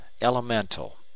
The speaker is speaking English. elemental